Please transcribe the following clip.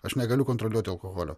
aš negaliu kontroliuoti alkoholio